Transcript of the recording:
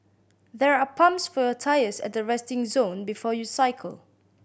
there are pumps for your tyres at the resting zone before you cycle